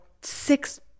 six